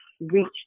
reach